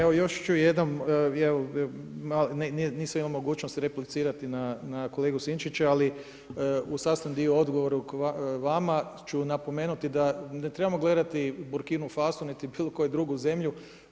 Evo još ću jednom, evo nisam imao mogućnost replicirati na kolegu Sinčića, ali u sastani dio odgovora vama ću napomenuti da ne trebamo gledati Burkinu Fasu niti koju drugu zemlju.